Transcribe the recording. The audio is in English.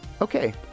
Okay